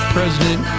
President